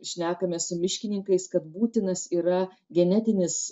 šnekamės su miškininkais kad būtinas yra genetinis